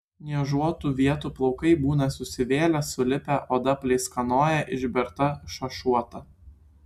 niežuotų vietų plaukai būna susivėlę sulipę oda pleiskanoja išberta šašuota